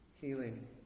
healing